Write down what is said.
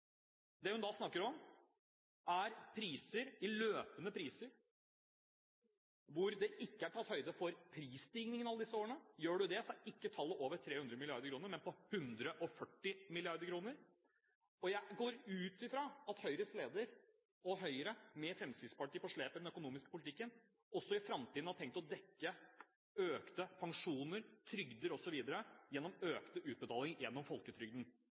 Det hun da snakker om, er løpende priser hvor det ikke er tatt høyde for prisstigningen alle disse årene. Gjør du det, så er ikke tallet over 300 mrd. kr, men 140 mrd. kr. Jeg går ut fra at Høyres leder og Høyre, med Fremskrittspartiet på slep i den økonomiske politikken, også i framtiden har tenkt å dekke økte pensjoner, trygder osv. gjennom økte utbetalinger gjennom folketrygden.